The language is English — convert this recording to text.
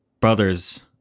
Brothers